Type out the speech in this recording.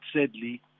sadly